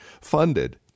funded